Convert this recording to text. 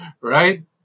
Right